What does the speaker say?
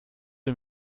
dem